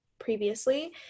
previously